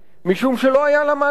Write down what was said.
משום שלא היה לה מה לאכול.